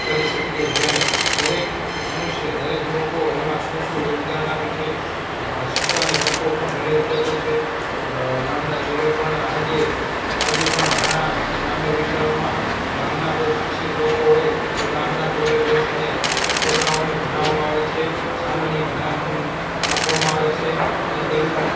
કરી શકીએ જયારે દરેક મનુષ્ય દરેક લોકો એમાં શું શું યોગદાન આપ્યું છે શીખવાની તકો પણ ઘણી ઉપલબ્ધ છે અ ગામના ચોરે પણ આજે આજે પણ ઘણા ગ્રામ્ય વિસ્તારોમાં ગામના કોઈ શિક્ષિત લોકો હોય તો ગામના ચોરે બેસીને છોકરાઓને ભણાવવામાં આવે છે સામાન્ય જ્ઞાન આપવામાં આવે છે અને તેમનો